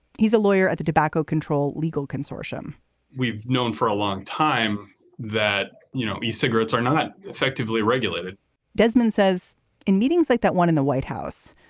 he's a lawyer at the tobacco control legal consortium we've known for a long time that, you know, e-cigarettes are not effectively regulated desmond says in meetings like that one in the white house.